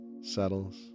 settles